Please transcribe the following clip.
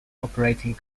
operating